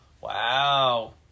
Wow